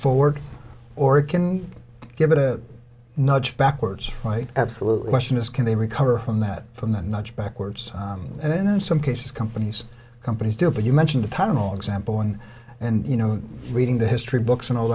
forward or it can give it a nudge backwards right absolutely washing is can they recover from that from that much backwards and then in some cases companies companies do but you mention the tunnel example and and you know reading the history books and all